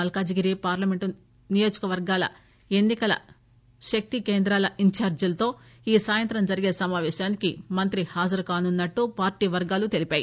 మల్కాజ్ గిరి parliament నియోజకవర్గాల ఎన్ని కల శక్తి కేంద్రాల ఇంచార్హిలతో ఈ సాయంత్రం జరిగే సమాపేశానికి మంత్రి హాజరుకానున్నట్లు పార్టీ వర్గాలు తెలిపాయి